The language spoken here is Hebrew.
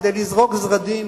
כדי לזרוק זרדים